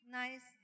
nice